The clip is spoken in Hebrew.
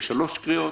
ב-3 קריאות,